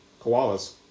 Koalas